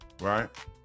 Right